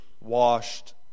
washed